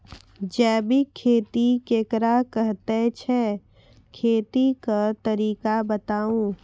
जैबिक खेती केकरा कहैत छै, खेतीक तरीका बताऊ?